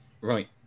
Right